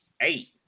eight